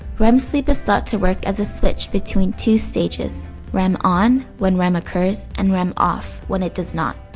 rem sleep is thought to work as a switch between two stages rem on, when rem occurs, and rem off, when it does not.